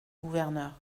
gouverneur